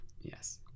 Yes